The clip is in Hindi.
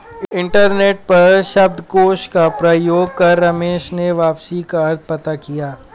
इंटरनेट पर शब्दकोश का प्रयोग कर रमेश ने वापसी का अर्थ पता किया